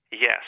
Yes